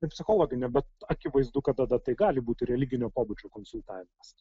psichologinę bet akivaizdu kad tada tai gali būti religinio pobūdžio konsultavimas